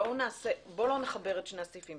בואו לא נחבר את שני הסעיפים.